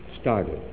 started